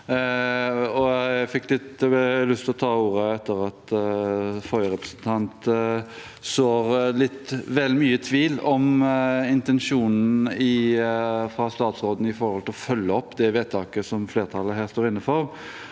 Jeg fikk lyst til å ta ordet etter at forrige representant sådde litt vel mye tvil om intensjonen fra statsråden når det gjelder å følge opp det vedtaket som flertallet her står inne for.